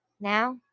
now